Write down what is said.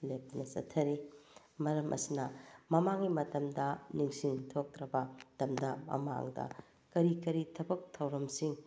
ꯂꯦꯞꯇꯅ ꯆꯠꯊꯔꯤ ꯃꯔꯝ ꯑꯁꯤꯅ ꯃꯃꯥꯡꯉꯩ ꯃꯇꯝꯗ ꯅꯤꯡꯁꯤꯡ ꯊꯣꯛꯇ꯭ꯔꯕ ꯃꯇꯝꯗ ꯃꯃꯥꯡꯗ ꯀꯔꯤ ꯀꯔꯤ ꯊꯕꯛ ꯊꯧꯔꯝꯁꯤꯡ